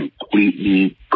completely